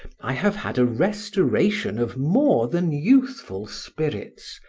i have had a restoration of more than youthful spirits,